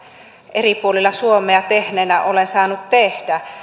eri puolilla suomea olen saanut tehdä